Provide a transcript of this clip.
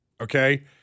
Okay